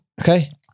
okay